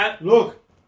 Look